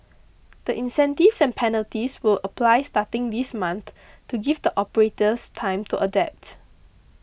the incentives and penalties will apply starting this month to give the operators time to adapt